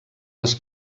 les